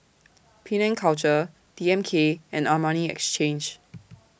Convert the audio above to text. Penang Culture D M K and Armani Exchange